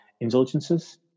indulgences